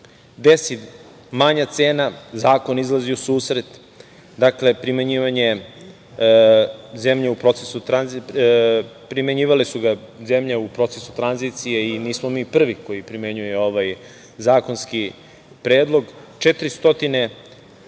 desi manja cena zakon izlazi u susret. Primenjivale su ga zemlje u procesu tranzicije i nismo mi prvi koji primenjuju ovaj zakonski predlog. Čini mi